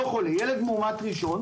לא חולה ילד מאומת ראשון,